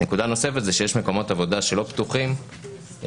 נקודה נוספות היא שיש מקומות עבודה שלא פתוחים בהכרח,